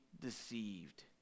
deceived